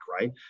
right